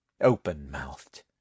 open-mouthed